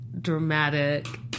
dramatic